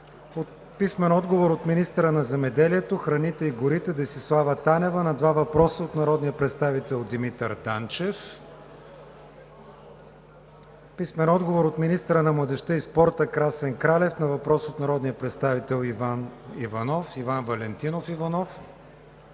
Гьоков; - министъра на земеделието, храните и горите Десислава Танева на два въпроса от народния представител Димитър Танчев; - министъра на младежта и спорта Красен Кралев на въпрос от народния представител Иван Валентинов Иванов;